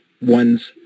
one's